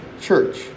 church